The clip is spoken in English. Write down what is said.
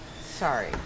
Sorry